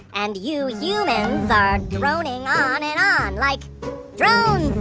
and you humans are droning on and on like drones.